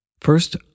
First